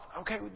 Okay